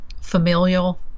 familial